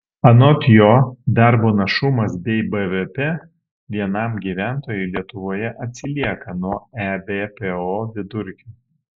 anot jo darbo našumas bei bvp vienam gyventojui lietuvoje atsilieka nuo ebpo vidurkio